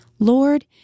Lord